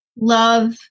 love